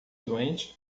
doente